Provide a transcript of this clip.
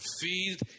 feed